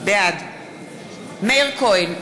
בעד מאיר כהן,